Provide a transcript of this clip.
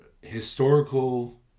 historical